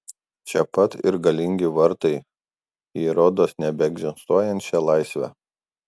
čia pat ir galingi vartai į rodos nebeegzistuojančią laisvę